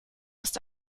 ist